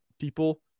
people –